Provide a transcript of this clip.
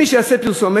מי שיעשה פרסומת,